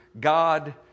God